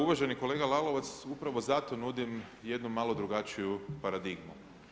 Uvaženi kolega Lalovac, upravo zato nudim jednu malo drugačiju paradigmu.